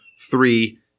three